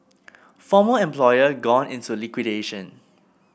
former employer gone into liquidation